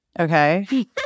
Okay